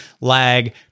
lag